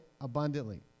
abundantly